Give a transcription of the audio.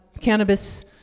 cannabis